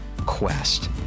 Quest